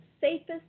safest